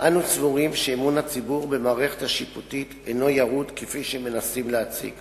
מיכאלי שאל את שר המשפטים ביום ו' בטבת התש"ע